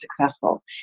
successful